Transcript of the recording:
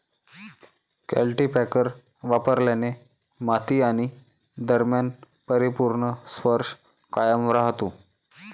cultipacker वापरल्याने माती आणि दरम्यान परिपूर्ण स्पर्श कायम राहतो